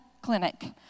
clinic